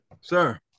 Sir